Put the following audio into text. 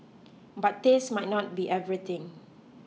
but taste might not be everything